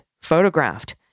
photographed